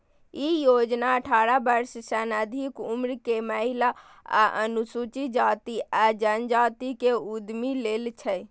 ई योजना अठारह वर्ष सं अधिक उम्र के महिला आ अनुसूचित जाति आ जनजाति के उद्यमी लेल छै